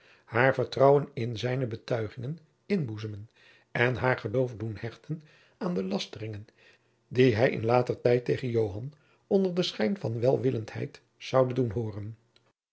haar vertrouwen in zijne betuigingen inboezemen en haar geloof doen hechten aan de lasteringen die hij in later tijd tegen joan onder den schijn van welwillenheid zoude doen hooren